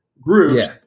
groups